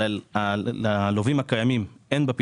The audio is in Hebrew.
אבל ללווים הקיימים אין בה פתרון.